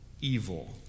evil